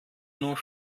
nur